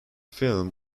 film